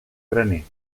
graner